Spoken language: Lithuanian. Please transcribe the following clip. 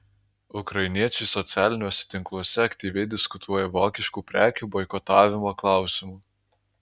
ukrainiečiai socialiniuose tinkluose aktyviai diskutuoja vokiškų prekių boikotavimo klausimu